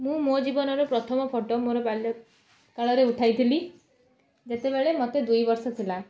ମୁଁ ମୋ ଜୀବନର ପ୍ରଥମ ଫଟୋ ମୋର ବାଲ୍ୟକାଳରେ ଉଠାଇଥିଲି ଯେତେବେଳେ ମୋତେ ଦୁଇବର୍ଷ ଥିଲା